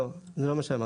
לא, זה לא מה שאמרתי.